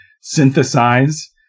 synthesize